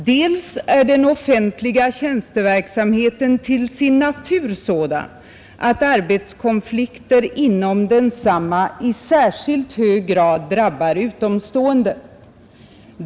Dels är den offentliga tjänsteverksamheten till sin natur sådan att arbetskonflikter inom densamma i särskilt hög grad drabbar utomstående.